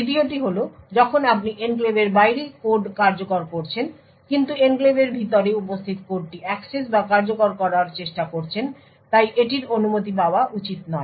দ্বিতীয়টি হল যখন আপনি এনক্লেভের বাইরে কোড কার্যকর করছেন কিন্তু এনক্লেভের ভিতরে উপস্থিত কোডটি অ্যাক্সেস বা কার্যকর করার চেষ্টা করছেন তাই এটির অনুমতি পাওয়া উচিত নয়